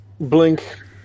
blink